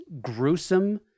gruesome